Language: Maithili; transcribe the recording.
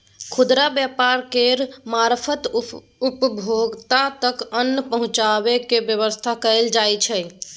खुदरा व्यापार केर मारफत उपभोक्ता तक अन्न पहुंचेबाक बेबस्था कएल जाइ छै